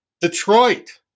Detroit